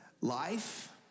Life